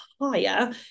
higher